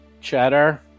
Cheddar